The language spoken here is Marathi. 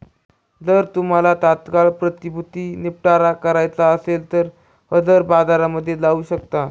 जर तुम्हाला तात्काळ प्रतिभूती निपटारा करायचा असेल तर हजर बाजारामध्ये जाऊ शकता